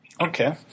okay